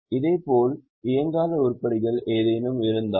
இதேபோல் இயங்காத உருப்படிகள் ஏதேனும் இருந்தால்